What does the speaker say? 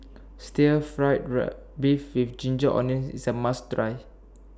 Stir Fried Beef with Ginger Onions IS A must Try